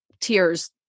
tears